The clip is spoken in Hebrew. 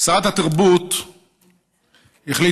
שרת התרבות החליטה